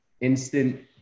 Instant